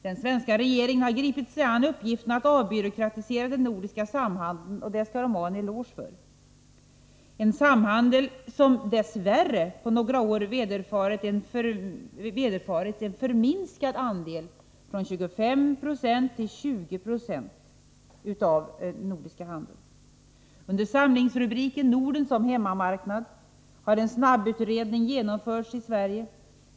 Den svenska regeringen har gripit sig an uppgiften att avbyråkratisera den nordiska samhandeln — och det skall den ha en eloge för. En samhandel som dess värre på några år har minskat andelen från 25 till 20 26 av den nordiska handeln. Under samlingsrubriken Norden som hemmamarknad har en snabbutredning genomförts i Sverige.